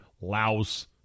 Laos